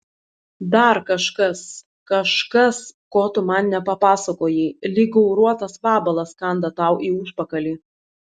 dar kažkas kažkas ko tu man nepapasakojai lyg gauruotas vabalas kanda tau į užpakalį